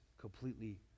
completely